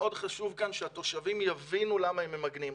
מאוד חשוב כאן שהתושבים יבינו למה הם ממגנים.